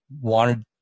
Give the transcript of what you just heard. wanted